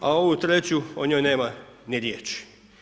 A ovu treću, o njoj nema ni riječi.